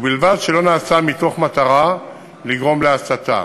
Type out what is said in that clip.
ובלבד שלא נעשה מתוך מטרה לגרום להסתה.